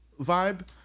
vibe